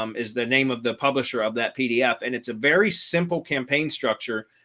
um is the name of the publisher of that pdf. and it's a very simple campaign structure,